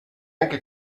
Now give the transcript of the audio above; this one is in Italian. anche